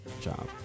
job